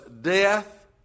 death